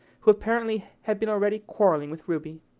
who apparently had been already quarrelling with ruby.